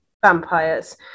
vampires